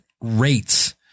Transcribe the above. rates